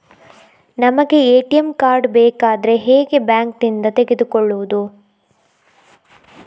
ನಮಗೆ ATM card ಬೇಕಾದ್ರೆ ಹೇಗೆ ಬ್ಯಾಂಕ್ ನಿಂದ ತೆಗೆದುಕೊಳ್ಳುವುದು?